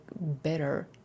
better